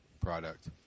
product